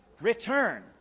Return